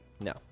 No